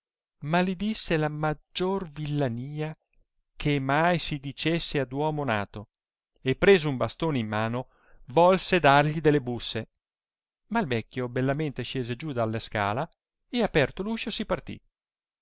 mal disse la maggior villania che mai si dicesse ad uomo nato e preso un bastone in mano volse dargli delle busse ma il vecchio bellamente scese giù della scala e aperto l'uscio si partì